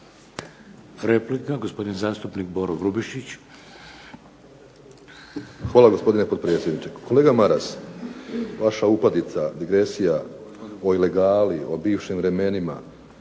Replika, gospodin zastupnik Boro Grubišić. **Grubišić, Boro (HDSSB)** Hvala gospodine potpredsjedniče. Kolega Maras, vaša upadica, digresija o ilegali, o bivšim vremenima